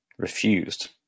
refused